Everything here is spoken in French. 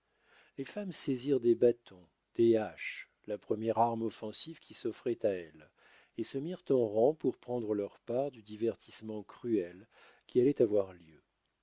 les femmes saisirent des bâtons des haches la première arme offensive qui s'offrait à elles et se mirent en rang pour prendre leur part du divertissement cruel qui allait avoir lieu